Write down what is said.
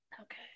Okay